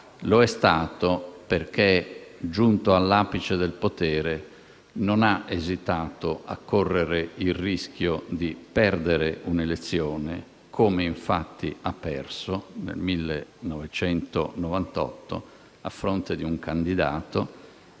lo è stato perché, giunto all'apice del potere, non ha esitato a correre il rischio di perdere un'elezione, come infatti è accaduto nel 1998, a fronte di un candidato,